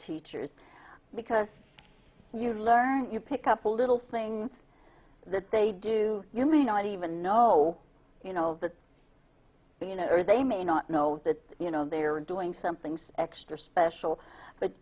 teachers because you learn you pick up a little things that they do you mean not even know you know that you know or they may not know that you know they're doing some things extra special but